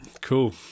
Cool